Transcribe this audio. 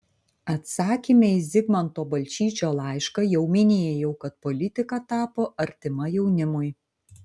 atsakyme į zigmanto balčyčio laišką jau minėjau kad politika tapo artima jaunimui